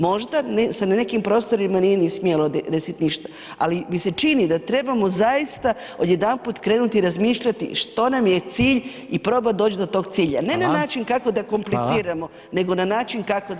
Možda se na nekim prostorima nije ni smjelo desiti ništa, ali mi se čini da trebamo zaista odjedanput krenuti razmišljati što nam je cilj i probat doć do tog cilja ne na način kako da kompliciramo, [[Upadica Reiner: Hvala.]] nego na način kako da